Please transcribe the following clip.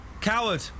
Coward